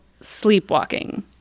sleepwalking